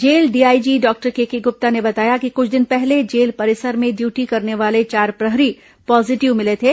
jail DIG doctor KK Gupta ने बताया कि कुछ दिन पहले जेल परिसर में ड्यूटी करने वाले चार प्रहरी पॉजिटिव मिले थे